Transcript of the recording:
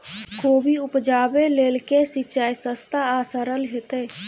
कोबी उपजाबे लेल केँ सिंचाई सस्ता आ सरल हेतइ?